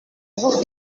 aho